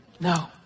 No